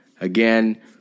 Again